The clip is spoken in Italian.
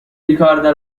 ricorda